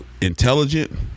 intelligent